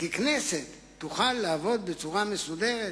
ככנסת תוכל לעבוד בצורה מסודרת